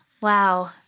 Wow